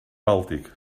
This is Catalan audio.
bàltic